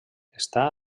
està